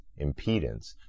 impedance